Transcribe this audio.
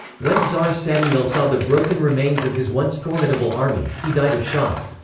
when tsar samuil saw the broken remains of his once formidable army, he died of shock.